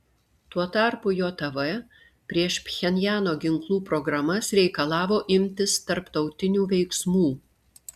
tuo tarpu jav prieš pchenjano ginklų programas reikalavo imtis tarptautinių veiksmų